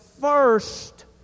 First